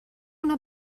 una